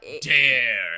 Dare